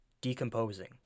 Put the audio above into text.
decomposing